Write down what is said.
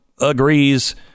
agrees